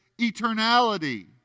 eternality